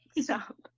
Stop